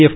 F